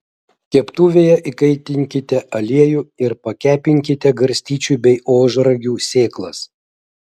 keptuvėje įkaitinkite aliejų ir pakepinkite garstyčių bei ožragių sėklas